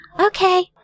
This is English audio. Okay